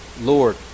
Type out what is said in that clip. Lord